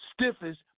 stiffest